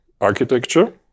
architecture